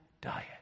diet